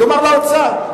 יאמר לאוצר.